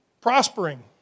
Prospering